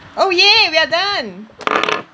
oh !yay! we are done